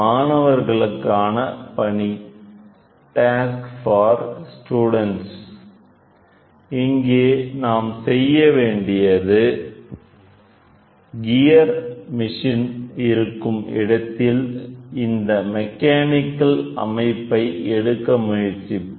மாணவர்களுக்கான பணி இங்கே நாம் செய்ய வேண்டியது இயர் மெஷின் இருக்கும் இடத்தில் இந்த மெக்கானிக்கல் அமைப்பை எடுக்க முயற்சிப்போம்